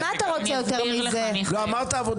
הוא אמר הכל יהיה בסדר מיכאל מה אתה רוצה יותר מזה?